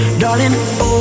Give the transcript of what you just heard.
darling